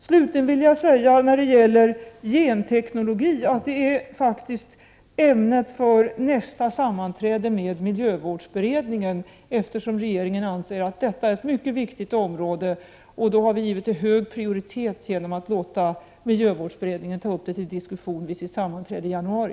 Slutligen vill jag säga beträffande genteknologi att det faktiskt är ämnet för nästa sammanträde med miljövårdsberedningen. Regeringen anser att detta är ett mycket viktigt område och har givit det hög prioritet genom att låta miljövårdsberedningen ta upp det till diskussion 'vid sitt sammanträde i januari.